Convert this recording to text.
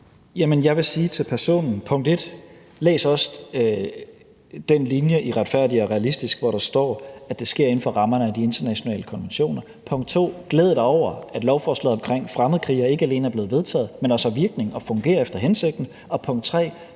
Jeg vil sige til personen: Punkt 1: Læs også den linje i »Retfærdig og realistisk«, hvor der står, at det sker inden for rammerne af de internationale konventioner. Punkt 2: Glæd dig over, at lovforslaget omkring fremmedkrigere ikke alene er vedtaget, men også har virkning og fungerer efter hensigten. Punkt 3: